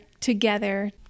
together